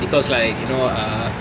because like you know err